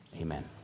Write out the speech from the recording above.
Amen